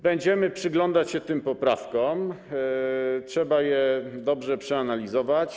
Będziemy przyglądać się tym poprawkom, trzeba je dobrze przeanalizować.